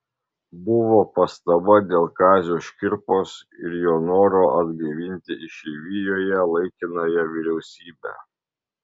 buvo pastaba dėl kazio škirpos ir jo noro atgaivinti išeivijoje laikinąją vyriausybę